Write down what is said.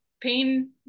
pain